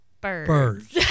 birds